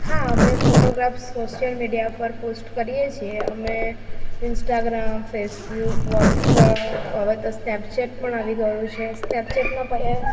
હા અમે photographs social media પર પોસ્ટ કરીએ છીએ અમે ઇન્સ્ટાગ્રામ ફેસબુક વ્હોટ્સઅપ હવે તો સ્નેપચેટ પણ આવી ગયું છે સ્નેપચેટમાં પડ્યા